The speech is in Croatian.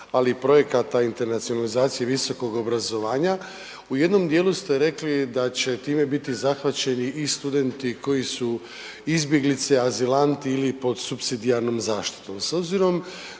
ali i projekata internacionalizacije visokog obrazovanja. U jednom djelu ste rekli da će time zahvaćeni i studenti koji su izbjeglice, azilanti ili pod supsidijarnom zaštitom.